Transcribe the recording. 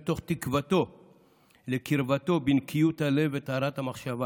מתוך תקוותו לקרבתו בנקיות הלב וטהרת המחשבה.